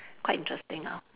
quite interesting ah